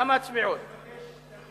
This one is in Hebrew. למה הצביעות הזאת?